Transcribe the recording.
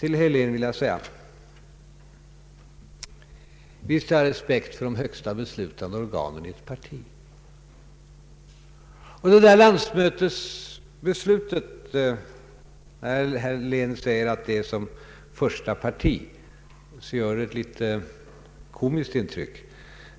Till herr Helén vill jag säga att visst har jag respekt för de högsta beslutande organen i ett parti. När herr Helén beträffande landsmötesbeslutet säger att folkpartiet som första parti gjorde ett sådant uttalande, gör det ett litet komiskt intryck.